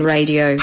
Radio